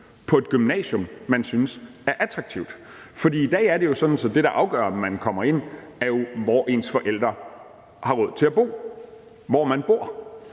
på et gymnasium, man synes er attraktivt. For i dag er det jo sådan, at det, der afgør, om man kommer ind, er, hvor ens forældre har råd til at bo – hvor man bor